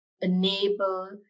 enable